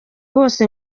bose